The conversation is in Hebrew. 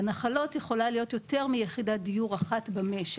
בנחלות יכולה להיות יותר מיחידת דיור אחת במשק.